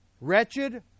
wretched